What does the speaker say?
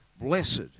Blessed